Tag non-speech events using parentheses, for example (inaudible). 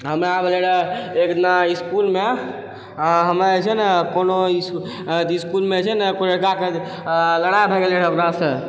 (unintelligible) एकदिना इसकुलमे हमे जे छै ने कोनो इसकुलेमे जे छैने कोइ लड़काके लड़ाइ भए गेलै रहऽ ओकरासँ